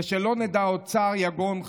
ושלא נדע עוד צער ויגון חלילה,